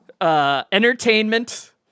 entertainment